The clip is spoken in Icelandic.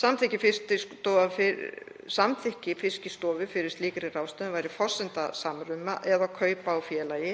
Samþykki Fiskistofu fyrir slíkri ráðstöfun væri forsenda samruna eða kaupa í félagi